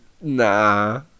Nah